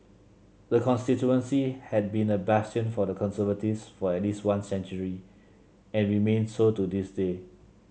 the constituency had been a bastion for the Conservatives for at least one century and remains so to this day